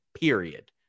period